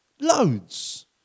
Loads